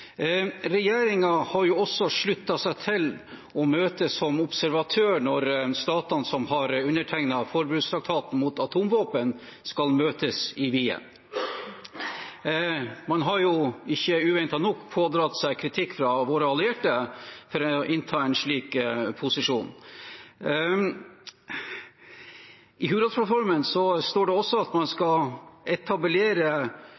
også sluttet seg til å møte som observatør når statene som har undertegnet forbudstraktaten mot atomvåpen, skal møtes i Wien. Man har, nok ikke uventet, pådratt seg kritikk fra våre allierte for å innta en slik posisjon. I Hurdalsplattformen står det også at man